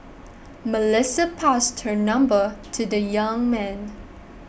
Melissa passed her number to the young man